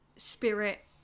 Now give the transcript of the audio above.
Spirit